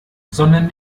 sondern